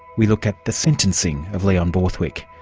we look at the sentencing of leon borthwick,